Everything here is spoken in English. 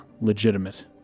legitimate